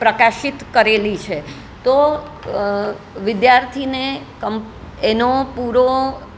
પ્રકાશિત કરેલી છે તો વિધાર્થીને કંપ એનો પૂરો